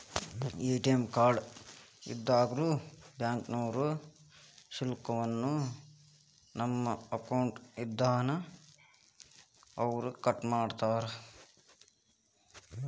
ATM card ಇದ್ದೋರ್ಗೆ ಬ್ಯಾಂಕ್ನೋರು ಶುಲ್ಕವನ್ನ ನಮ್ಮ ಅಕೌಂಟ್ ಇಂದಾನ ಅವ್ರ ಕಟ್ಮಾಡ್ತಾರ